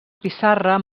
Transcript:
pissarra